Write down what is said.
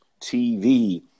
TV